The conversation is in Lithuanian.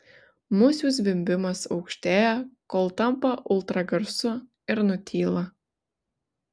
musių zvimbimas aukštėja kol tampa ultragarsu ir nutyla